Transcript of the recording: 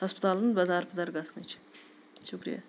ہَسپَتالَن بہ مدَربٕدَر گژھنٕچ شُکریا